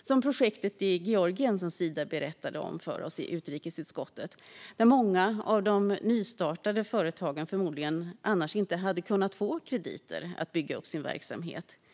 Ett exempel är projektet i Georgien, som Sida berättade om för oss i utrikesutskottet, där många av de nystartade företagen förmodligen annars inte skulle ha kunnat få krediter att bygga upp sin verksamhet.